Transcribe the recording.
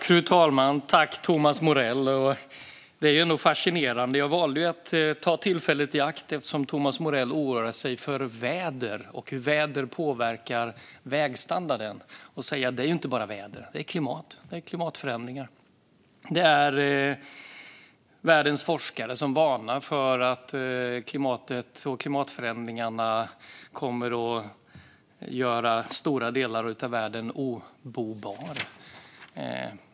Fru talman! Det är fascinerande. Eftersom Thomas Morell oroar sig för vädret och hur det påverkar vägstandarden valde jag att ta tillfället i akt och säga att det inte bara är väder utan klimatförändringar. Världens forskare varnar för att klimatförändringarna kommer att göra stora delar av världen obeboeliga.